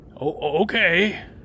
Okay